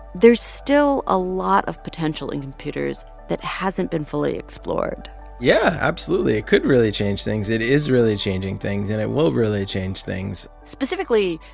there's still a lot of potential in computers that hasn't been fully explored yeah, absolutely. it could really change things. it is really changing things, and it will really change things specifically,